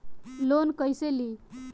Loan कईसे ली?